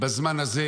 בזמן הזה,